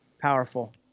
powerful